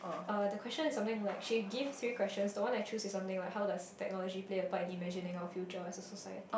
uh the question is something like she gives three questions the one I choose is something like how does technology play a part in imagining our future as a society